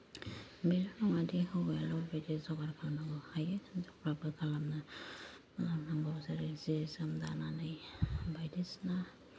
बे नङादि हौवायाल' बेखौ जगार खालामनांगौ हायो हिनजावफ्राबो खालामनो होम्बाबो जेरै जि जोम दानानै बायदिसिना